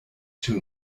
too